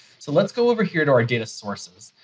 so let's go over here to our data sources.